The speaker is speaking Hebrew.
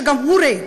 שגם הוא ריק.